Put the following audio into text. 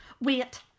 Wait